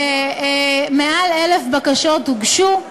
מעל 1,000 בקשות הוגשו,